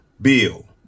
bill